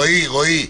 רועי,